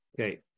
okay